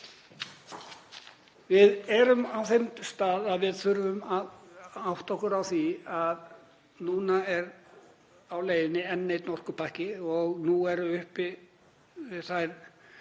Við erum á þeim stað að við þurfum að átta okkur á því að núna er á leiðinni enn einn orkupakki og nú eru uppi kröfur